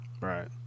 right